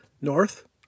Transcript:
north